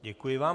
Děkuji vám.